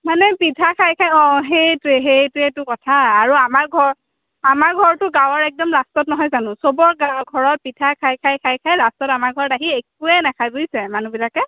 মানে পিঠা খাই খাই অঁ সেইটোৱেই সেইটোৱেইতো কথা আৰু আমাৰ ঘৰ আমাৰ ঘৰটো গাঁৱৰ একদম লাষ্টত নহয় জানো সবৰ ঘৰৰ পিঠা খাই খাই লাষ্টত আমাৰ ঘৰত আহি একোৱেই নাখায় বুজিছে মানুহবিলাকে